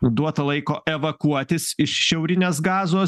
duota laiko evakuotis iš šiaurinės gazos